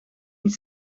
niet